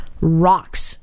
rocks